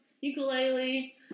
Ukulele